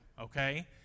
okay